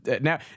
now